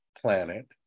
planet